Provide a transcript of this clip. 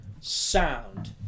Sound